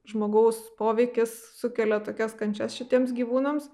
žmogaus poveikis sukelia tokias kančias šitiems gyvūnams